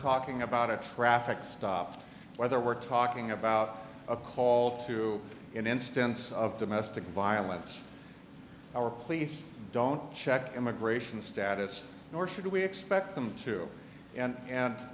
talking about a traffic stop whether we're talking about a call to an instance of domestic violence or police don't check immigration status nor should we expect them to and and